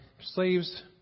slaves